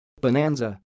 Bonanza